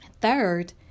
Third